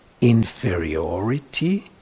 inferiority